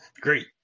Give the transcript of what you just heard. great